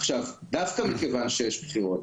עכשיו דווקא מכיוון שיש בחירות,